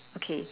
okay